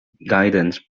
guidance